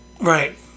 Right